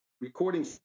recording